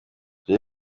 jay